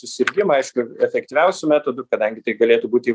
susirgimą aišku efektyviausiu metodu kadangi tai galėtų būti